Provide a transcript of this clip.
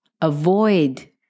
Avoid